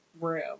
room